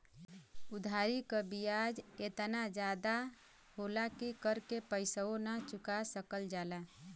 उधारी क बियाज एतना जादा होला कि कर के पइसवो ना चुका सकल जाला